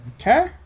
okay